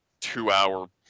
two-hour